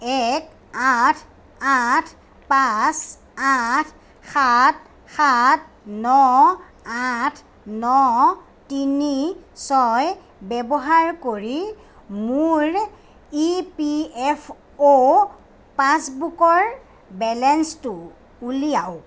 এক আঠ আঠ পাঁচ আঠ সাত সাত ন আঠ ন তিনি ছয় ব্যৱহাৰ কৰি মোৰ ইপিএফঅ' পাছবুকৰ বেলেঞ্চটো উলিয়াওক